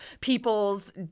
people's